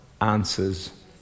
answers